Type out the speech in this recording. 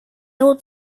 able